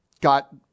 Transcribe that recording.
got